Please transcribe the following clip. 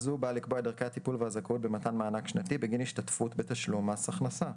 דרכי הטיפול והזכאות במתן מענק שנתי בגין השתתפות בתשלום מס הכנסה."